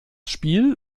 spiel